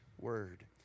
word